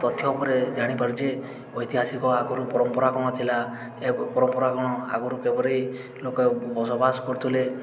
ତଥ୍ୟ ଉପରେ ଜାଣିପାରୁଛି ଯେ ଐତିହାସିକ ଆଗରୁ ପରମ୍ପରା କ'ଣ ଥିଲା ଏ ପରମ୍ପରା କ'ଣ ଆଗରୁ କିପରି ଲୋକ ବସବାସ କରୁଥିଲେ